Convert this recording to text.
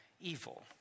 evil